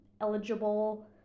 eligible